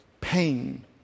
pain